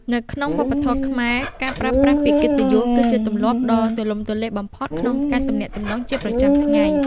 នៅក្នុងវប្បធម៌ខ្មែរ ការប្រើប្រាស់ពាក្យកិត្តិយស គឺជាទម្លាប់ដ៏ទូលំទូលាយបំផុតក្នុងការទំនាក់ទំនងប្រចាំថ្ងៃ។